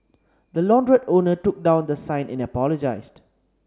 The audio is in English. the launderette owner took down the sign and apologised